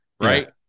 right